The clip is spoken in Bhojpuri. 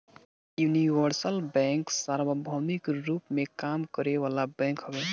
यूनिवर्सल बैंक सार्वभौमिक रूप में काम करे वाला बैंक हवे